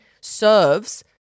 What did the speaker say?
serves